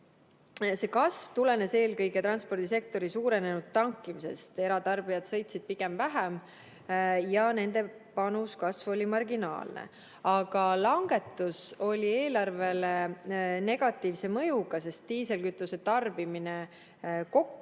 See kasv tulenes eelkõige transpordisektori suurenenud tankimisest, eratarbijad sõitsid pigem vähem ja nende panus kasvu oli marginaalne. Aga langetus oli eelarvele negatiivse mõjuga, sest diislikütuse tarbimine kokku